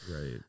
Right